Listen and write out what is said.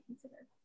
consider